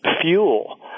fuel